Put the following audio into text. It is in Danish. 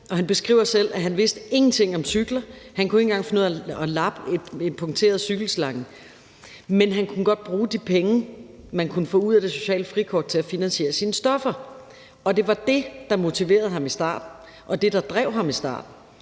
Han beskriver selv, at han ingenting vidste om cykler. Han kunne ikke engang finde ud af at lappe en punkteret cykelslange, men han kunne godt bruge de penge, man kunne få ud af det sociale frikort, til at finansiere sine stoffer, og det var det, der motiverede ham i starten, og det, der drev ham i starten.